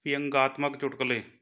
ਵਿਅੰਗਾਤਮਕ ਚੁਟਕਲੇ